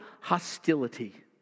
hostility